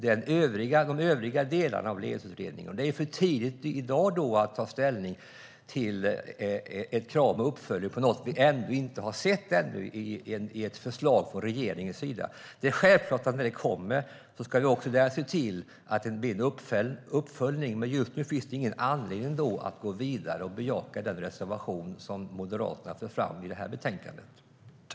Det är därför för tidigt att i dag ta ställning till ett krav på uppföljning av ett förslag från regeringen som vi ännu inte har sett. När det kommer ett förslag är det självklart att vi ska se till att det blir en uppföljning, men just nu finns det inte någon anledning att gå vidare och bejaka den reservation som Moderaterna för fram i betänkandet.